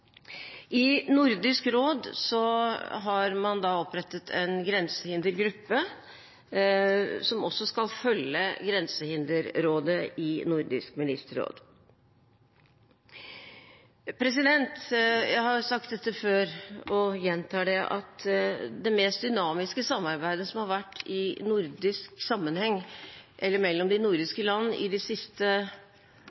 I Nordisk råd har man opprettet en grensehindergruppe som også skal følge Grensehinderrådet i Nordisk ministerråd. Jeg har sagt dette før og gjentar det: Det mest dynamiske samarbeidet som har vært i nordisk sammenheng eller mellom de